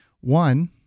One